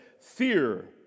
Fear